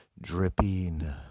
dripping